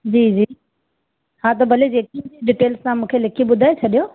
जी जी हा त भले जेकी डीटेलस सां मूंखे लिखी ॿुधाए छॾियो